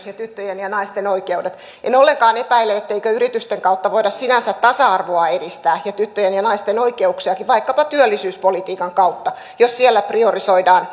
ja tyttöjen ja naisten oikeudet en ollenkaan epäile etteikö yritysten kautta voida sinänsä edistää tasa arvoa ja tyttöjen ja naisten oikeuksiakin vaikkapa työllisyyspolitiikan kautta jos siellä priorisoidaan